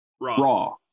raw